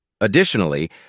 Additionally